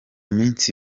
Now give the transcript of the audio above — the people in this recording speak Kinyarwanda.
minsi